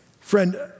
Friend